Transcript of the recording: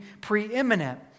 preeminent